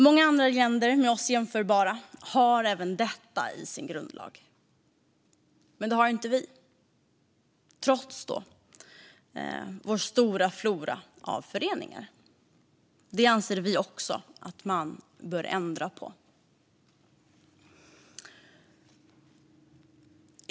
Många andra med oss jämförbara länder har även detta i sin grundlag. Men det har inte vi, trots vår stora flora av föreningar. Det anser vi också att man bör ändra på.